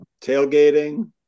Tailgating